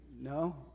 No